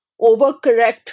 overcorrect